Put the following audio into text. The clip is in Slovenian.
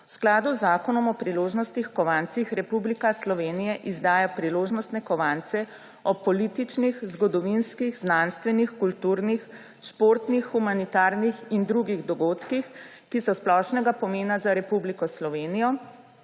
V skladu z Zakonom o priložnostnih kovancih Republika Slovenija izdaja priložnostne kovance ob političnih, zgodovinskih, znanstvenih, kulturnih, športnih, humanitarnih in drugih dogodkih, ki so splošnega pomena za Republiko Slovenijo